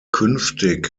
künftig